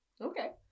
Okay